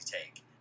take